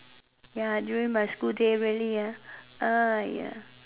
ya during my school day really ah !aiya!